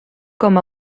com